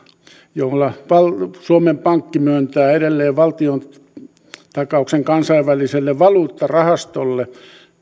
jolla suomen pankki myöntää edelleen valtiontakauksen kansainväliselle valuuttarahastolle